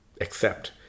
accept